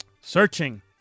searching